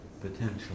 potential